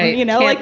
you know, like